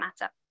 matter